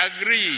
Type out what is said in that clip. agree